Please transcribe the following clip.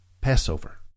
Passover